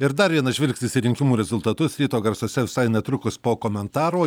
ir dar vienas žvilgsnis į rinkimų rezultatus ryto garsuose visai netrukus po komentaro